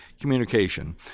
communication